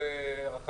בקיבוץ,